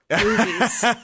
movies